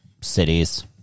cities